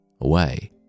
away